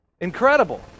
Incredible